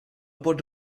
pot